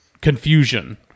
confusion